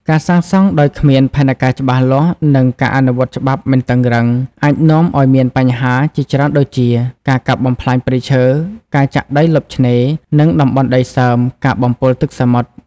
ការសាងសង់ដោយគ្មាន ផែនការច្បាស់លាស់ និង ការអនុវត្តច្បាប់មិនតឹងរ៉ឹង អាចនាំឲ្យមានបញ្ហាជាច្រើនដូចជា ការកាប់បំផ្លាញព្រៃឈើ ការចាក់ដីលុបឆ្នេរ និងតំបន់ដីសើម ការបំពុលទឹកសមុទ្រ។